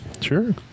Sure